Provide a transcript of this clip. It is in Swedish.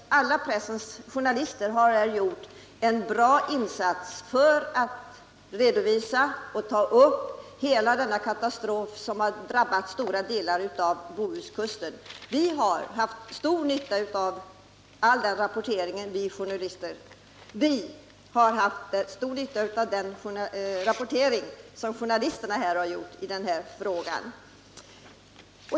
Alla pressens journalister har gjort en bra insats för att redovisa denna katastrof som har drabbat stora delar av Bohuskusten. Vi har haft stor nytta av journalisternas rapportering i den här frågan.